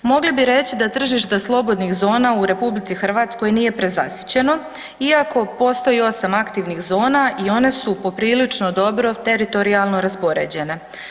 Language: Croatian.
Mogli bi reći da tržišta slobodnih zona u RH nije prezasićeno iako postoji 8 aktivnih zona i one su poprilično dobro teritorijalno raspoređene.